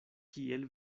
kiel